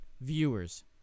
viewers